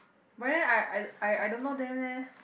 but then I I I don't know them leh